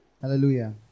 Hallelujah